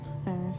sir